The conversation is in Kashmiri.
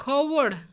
کھووُر